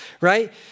right